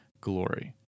glory